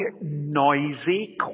noisy